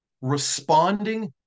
responding